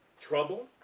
Trouble